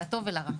לטוב ולרע.